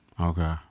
Okay